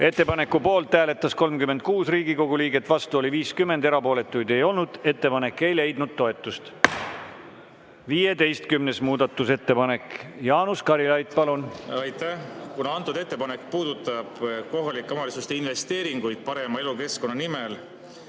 Ettepaneku poolt hääletas 36 Riigikogu liiget, vastu oli 50, erapooletuid ei olnud. Ettepanek ei leidnud toetust. 15. muudatusettepanek. Jaanus Karilaid, palun! Aitäh! Kuna antud ettepanek puudutab kohalike omavalitsuste investeeringuid parema elukeskkonna nimel,